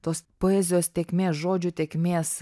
tos poezijos tėkmės žodžių tėkmės